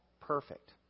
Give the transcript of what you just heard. perfect